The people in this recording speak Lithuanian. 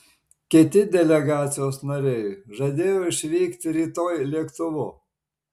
kiti delegacijos nariai žadėjo išvykti rytoj lėktuvu